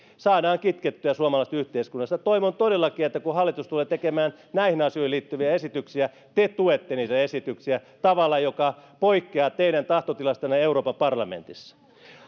postissa saadaan kitkettyä suomalaisesta yhteiskunnasta toivon todellakin että kun hallitus tulee tekemään näihin asioihin liittyviä esityksiä te tuette niitä esityksiä tavalla joka poikkeaa teidän tahtotilastanne euroopan parlamentissa